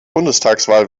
bundestagswahl